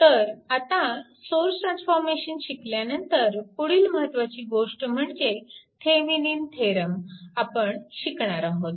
तर आता source transformation शिकल्यानंतर पुढील महत्वाची गोष्ट म्हणजे थेविनीन थेरम आपण शिकणार आहोत